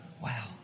Wow